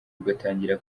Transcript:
ugatangira